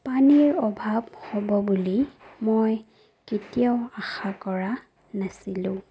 পানীৰ অভাৱ হ'ব বুলি মই কেতিয়াও আশা কৰা নাছিলো